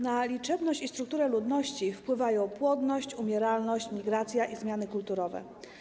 Na liczebność i strukturę ludności wpływają płodność, umieralność, migracja i zmiany kulturowe.